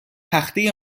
تخته